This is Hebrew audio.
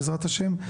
בעזרת השם.